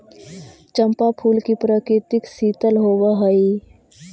चंपा फूल की प्रकृति शीतल होवअ हई